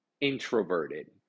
introverted